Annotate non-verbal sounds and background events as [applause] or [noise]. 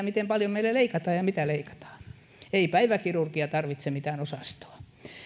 [unintelligible] miten paljon meillä leikataan ja mitä leikataan ei päiväkirurgia tarvitse mitään osastoa